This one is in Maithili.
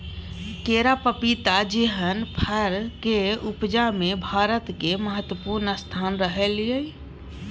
केरा, पपीता जेहन फरक उपजा मे भारतक महत्वपूर्ण स्थान रहलै यै